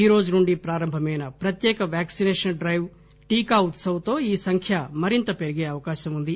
ఈ రోజు నుంచి ప్రారంభమైన ప్రత్యేక వ్యాక్సినేషన్ డైవ్ టీకా ఉత్సవ్ తో ఈ సంఖ్య మరింత పెరిగే అవకాశం ఉంది